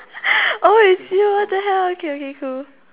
oh it's you what the hell okay okay cool